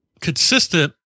Consistent